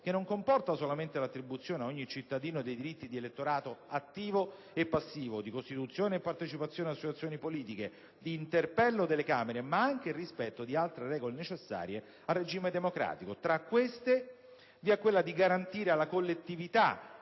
che non comporta solamente l'attribuzione ad ogni cittadino dei diritti di elettorato attivo e passivo, di costituzione e partecipazione ad associazioni politiche, di interpello delle Camere, ma anche il rispetto di altre regole necessarie al regime democratico. Tra queste vi è quella di garantire alla collettività,